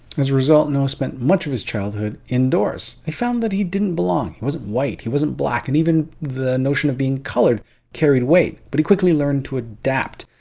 as a result noah spent much of his childhood indoors. they found that he didn't belong. he wasn't white. he wasn't black. and even the notion of being colored carried weight but he quickly learned to adapt,